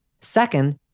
Second